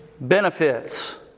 benefits